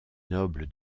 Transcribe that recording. noble